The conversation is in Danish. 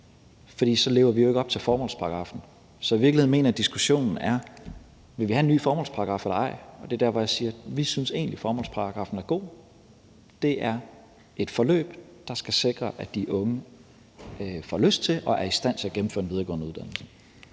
for så lever vi jo ikke op til formålsparagraffen. I virkeligheden mener jeg, at diskussionen er, om vi vil have en ny formålsparagraf eller ej, og det er der, hvor jeg siger, at vi egentlig synes, at formålsparagraffen er god. Det er et forløb, der skal sikre, at de unge får lyst til og er i stand til at gennemføre en videregående uddannelse.